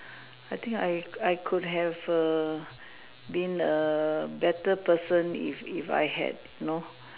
I think I I could have a been a better person if if I had you know